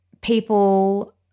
people